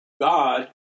God